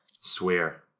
swear